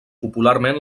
popularment